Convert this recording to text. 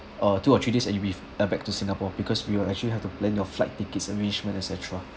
uh two or three days and you be uh back to singapore because we will actually have to plan your flight tickets arrangement etcetera